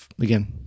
again